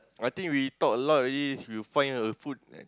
I think we talk a lot already we will find the food that